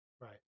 Right